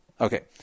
Okay